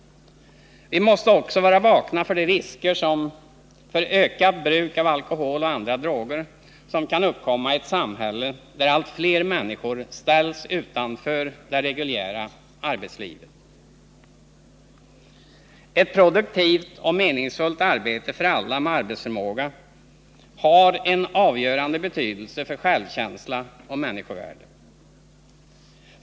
Vi måste också vara vakna för de risker för ökat bruk av alkohol och andra droger som kan uppkomma i ett samhälle där allt fler människor ställs utanför det reguljära arbetslivet. Ett produktivt och meningsfullt arbete för alla med arbetsförmåga har en avgörande betydelse för självkänsla och människovärde.